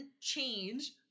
change